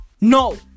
no